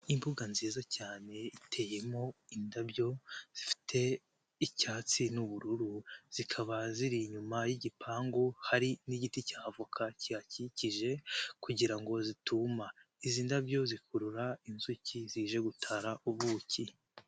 Imbuga nziza cyane iteyemo indabyo zifite icyatsi n'ubururu, zikaba ziri inyuma y'igipangu hari n'igiti cya avoka kihakikije, kugira ngo zituma. Izi ndabyo zikurura inzuki zije gutara ubuki.